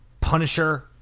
Punisher